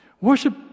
Worship